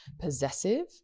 possessive